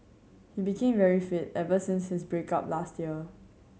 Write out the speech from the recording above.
he became very fit ever since his break up last year